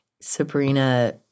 Sabrina